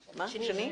שני.